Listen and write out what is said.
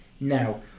now